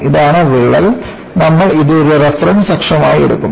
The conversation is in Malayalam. ഇതാണ് വിള്ളൽ നമ്മൾ ഇത് ഒരു റഫറൻസ് അക്ഷമായി എടുക്കും